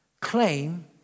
claim